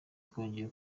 twongeye